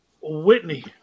Whitney